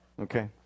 Okay